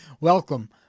welcome